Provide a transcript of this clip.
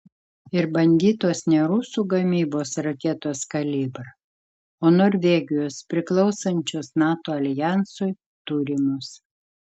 ir bandytos ne rusų gamybos raketos kalibr o norvegijos priklausančios nato aljansui turimos